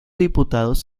diputados